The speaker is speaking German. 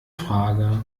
frage